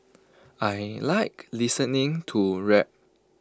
I Like listening to rap